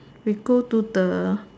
we go to the